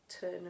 turn